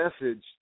message